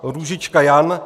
Růžička Jan